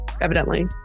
evidently